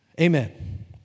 Amen